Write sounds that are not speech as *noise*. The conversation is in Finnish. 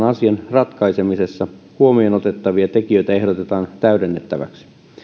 *unintelligible* asian ratkaisemisessa huomioon otettavia tekijöitä ehdotetaan täydennettäväksi